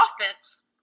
offense